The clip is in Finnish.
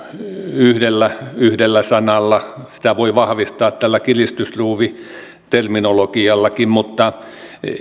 yhdellä yhdellä sanalla sitä voi vahvistaa tällä kiristysruuviterminologiallakin mutta